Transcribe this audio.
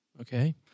Okay